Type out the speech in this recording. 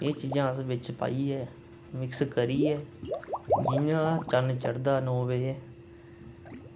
एह् चीजां अस बिच पाइयै मिक्स करियै जि'यां चन्न चढ़दा नौ बजे